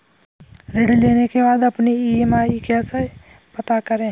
ऋण लेने के बाद अपनी ई.एम.आई कैसे पता करें?